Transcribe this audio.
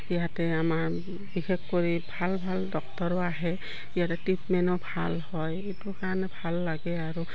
ইয়াতে আমাৰ বিশেষ কৰি ভাল ভাল ডক্তৰো আহে ইয়াতে ট্ৰিটমেণ্টো ভাল হয় এইটো কাৰণে ভাল লাগে আৰু